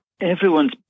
Everyone's